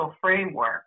framework